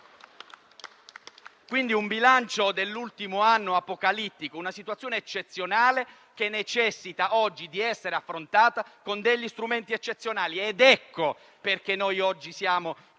Quindi, il bilancio dell'ultimo anno è apocalittico, una situazione eccezionale che necessita oggi di essere affrontata con strumenti eccezionali. Ecco perché noi oggi siamo